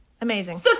amazing